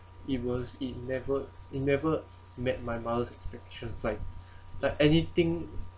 it was it never it never met my mother's expectations like like anything